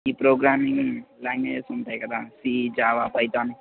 ఈ programming languages ఉంటాయి కదా సి జావా పైతాన్